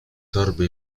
torby